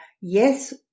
yes